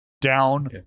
Down